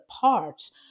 parts